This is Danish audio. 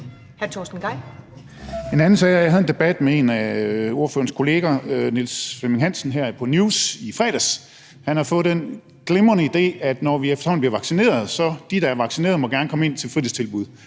En anden sag er, at jeg havde en debat med en af partilederens kolleger, Niels Flemming Hansen, her på News i fredags. Han havde fået den glimrende idé, at når vi efterhånden bliver vaccineret, må de, der er vaccineret, gerne komme ind til fritidstilbud